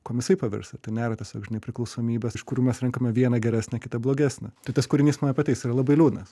kuom jisai pavirsta tai nėra tas nepriklausomybės iš kurių mes renkame vieną geresnį kitą blogesnį tai tas kūrinys man apie tai jis yra labai liūdnas